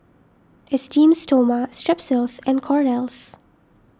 Esteem Stoma Strepsils and Kordel's